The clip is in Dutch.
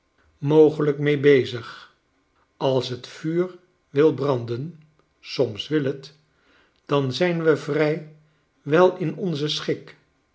mogelijk mee bezig als t vuur wil branden soms wil het dan zijn we vrij wel in onzen schik